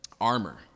armor